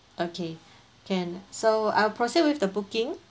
okay can so I'll proceed with the booking